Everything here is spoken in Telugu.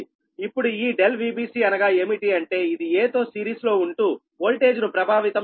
ఇప్పుడు ఈ ∆Vbc అనగా ఏమిటి అంటే ఇది 'a'తో సిరీస్ లో ఉంటూ ఓల్టేజ్ ను ప్రభావితం చేస్తుంది